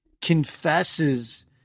confesses